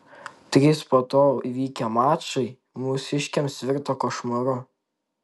trys po to vykę mačai mūsiškiams virto košmaru